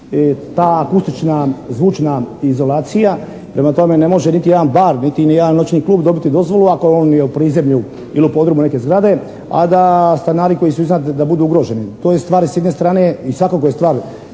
ta akustična, zvučna izolacija. Prema tome ne može niti jedan bar biti, niti jedan noćni klub dobiti dozvolu ako je on u prizemlju ili u podrumu neke zgrade, a da stanari koji su iznad da budu ugroženi. To je stvar s jedne strane i svakako je stvar